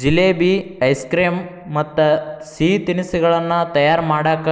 jalebi, ice cream ಮತ್ತ್ ಸಿಹಿ ತಿನಿಸಗಳನ್ನ ತಯಾರ್ ಮಾಡಕ್